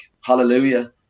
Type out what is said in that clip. hallelujah